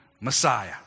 Messiah